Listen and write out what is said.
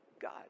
god